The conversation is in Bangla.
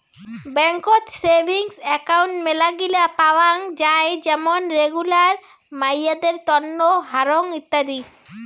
বেংকত সেভিংস একাউন্ট মেলাগিলা পাওয়াং যাই যেমন রেগুলার, মাইয়াদের তন্ন, হারং ইত্যাদি